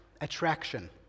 attraction